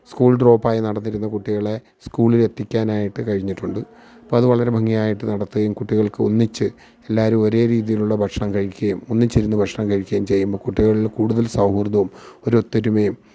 school ഡ്രോപ്പായി നടന്നിരുന്ന കുട്ടികളെ സ്കൂളിലെത്തിക്കാനായിട്ട് കഴിഞ്ഞിട്ടുണ്ട് അപ്പം അത് വളരെ ഭംഗിയായിട്ട് നടത്തുകയും കുട്ടികള്ക്ക് ഒന്നിച്ച് എല്ലാവരും ഒരേ രീതിയിലുള്ള ഭക്ഷണം കഴിക്കുകയും ഒന്നിച്ചിരുന്ന് ഭക്ഷണം കഴിക്കുകയും ചെയ്യുമ്പം കുട്ടികളിൽ കൂടുതല് സൗഹൃദവും ഒരു ഒത്തൊരുമയും